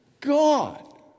God